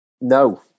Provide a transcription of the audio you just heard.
no